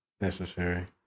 Necessary